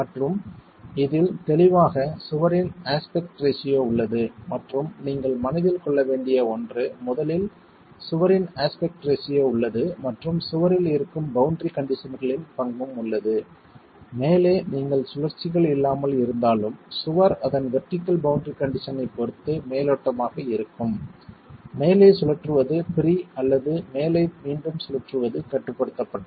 மற்றும் இதில் தெளிவாக சுவரின் அஸ்பெக்ட் ரேஷியோ உள்ளது மற்றும் நீங்கள் மனதில் கொள்ள வேண்டிய ஒன்று முதலில் சுவரின் அஸ்பெக்ட் ரேஷியோ உள்ளது மற்றும் சுவரில் இருக்கும் பௌண்டரி கண்டிஷன்களின் பங்கும் உள்ளது மேலே நீங்கள் சுழற்சிகள் இல்லாமல் இருந்தாலும் சுவர் அதன் வெர்டிகள் பௌண்டரி கண்டிஷன் ஐப் பொறுத்து மேலோட்டமாக இருக்கும் மேலே சுழற்றுவது ப்ரீ அல்லது மேலே மீண்டும் சுழற்றுவது கட்டுப்படுத்தப்பட்டது